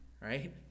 right